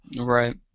Right